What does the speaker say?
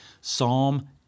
Psalm